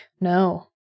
no